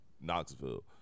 Knoxville